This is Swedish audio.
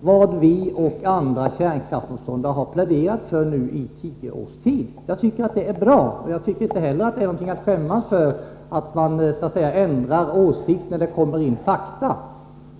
vad vi och andra kärnkraftsmotståndare har pläderat för i tio års tid, och det är inget att skämmas för att man ändrar åsikt när det kommer fakta in i bilden.